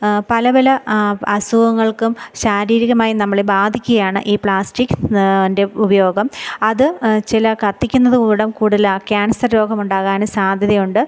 പലപല അസുഖങ്ങളള്ക്കും ശാരീരികമായും നമ്മളെ ബാധിക്കുകയാണ് ഈ പ്ലാസ്റ്റിക്കിന്റെ ഉപയോഗം അത് ചില കത്തിക്കുന്നത് മൂലം കുടൽ ക്യാന്സര് രോഗം ഉണ്ടാകാനും സാധ്യതയുണ്ട്